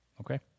Okay